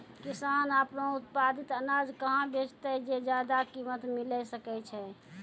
किसान आपनो उत्पादित अनाज कहाँ बेचतै जे ज्यादा कीमत मिलैल सकै छै?